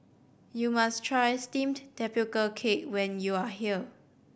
you must try steamed tapioca cake when you are here